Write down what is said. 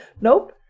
nope